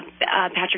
Patrick